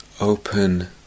open